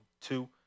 two